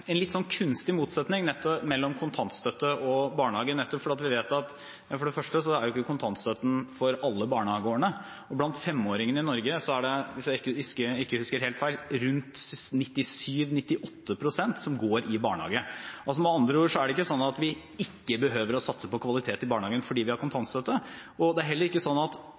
en litt kunstig motsetning mellom kontantstøtte og barnehage, nettopp fordi vi vet at kontantstøtten ikke er for alle barnehageårene, og at det blant 5-åringene i Norge – hvis jeg ikke husker helt feil – er rundt 97–98 pst. som går i barnehage. Det er med andre ord ikke slik at vi ikke behøver å satse på kvalitet i barnehagen fordi vi har kontantstøtte, og det er heller ikke slik at